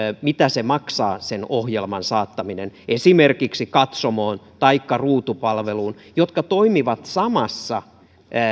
mitä niille maksaa ohjelman saattaminen esimerkiksi katsomoon taikka ruutu palveluun jotka toimivat samassa